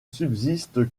subsiste